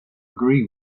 agree